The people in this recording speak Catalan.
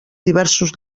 diversos